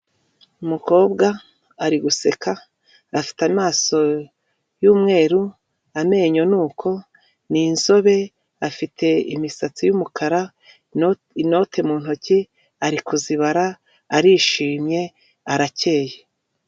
Harakeye utuntu twiza cyane turi hasi tw'utugarurarumuri, hirya hari indabyo zihateretse ubona ko zihatatse ikiraro kirimo inzoga, intebe yo kwicaraho, umutaka uri hejuru, aho kwishyurarira ukoresheje ikoranabuhanga ndetse n'inzoga zihamanitse, akaguhuha neza ukumva akayaga karaje igihe ushyushye, aha hantu ni heza nawe nk'uko ubibona, ntabwo njye nabasha kuvuga ibyiza birimo byinshi wowe wabyibonera nawe.